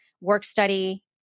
work-study